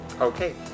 Okay